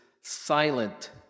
silent